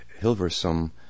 Hilversum